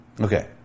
Okay